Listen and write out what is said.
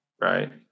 right